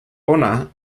hona